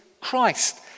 Christ